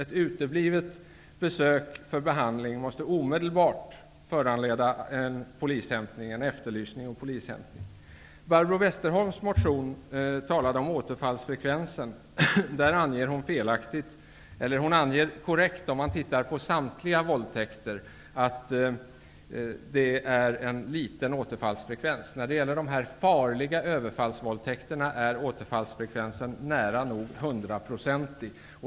Om ett besök för behandling uteblir, måste det omedelbart föranleda efterlysning och polishämtning. Barbro Westerholm resonerar i sin motion om återfallsfrekvensen. Hon anger visserligen korrekt vad avser totala antalet våldtäkter att återfallsfrekvensen är liten, men när det gäller de farliga överfallsvåldtäkterna är återfallsfrekvensen nära nog 100-procentig.